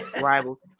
rivals